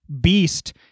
beast